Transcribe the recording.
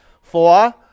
Four